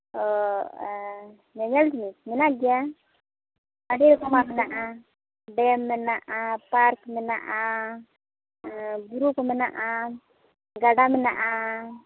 ᱚᱻ ᱧᱮᱧᱮᱞ ᱡᱤᱱᱤᱥ ᱢᱮᱱᱟᱜ ᱜᱮᱭᱟ ᱟᱹᱰᱤ ᱨᱚᱠᱚᱢᱟᱜ ᱢᱮᱱᱟᱜᱼᱟ ᱰᱮᱢ ᱢᱮᱱᱟᱜᱼᱟ ᱯᱟᱨᱠ ᱢᱨᱱᱟᱜᱼᱟ ᱵᱩᱨᱩᱠᱚ ᱢᱮᱱᱟᱜᱼᱟ ᱜᱟᱰᱟ ᱢᱮᱱᱟᱜᱼᱟ